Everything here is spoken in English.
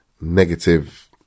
negative